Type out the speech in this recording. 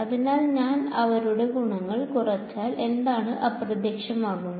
അതിനാൽ ഞാൻ അവരുടെ ഗുണങ്ങൾ കുറച്ചാൽ എന്താണ് അപ്രത്യക്ഷമാകുന്നത്